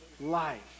life